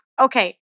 okay